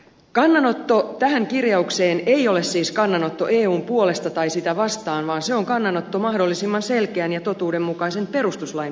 kannanotto tähän kirjaukseen ei ole siis kannanotto eun puolesta tai sitä vastaan vaan se on kannanotto mahdollisimman selkeän ja totuudenmukaisen perustuslain puolesta